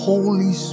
Holy